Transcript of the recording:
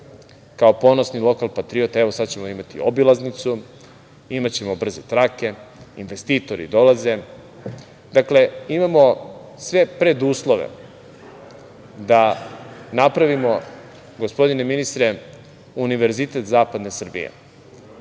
kao ponosni lokal patriota, evo, sad ćemo imati obilaznicu, imaćemo brze trake, investitori dolaze, dakle imamo sve preduslove da napravimo, gospodine ministre, univerzitet zapadne Srbije.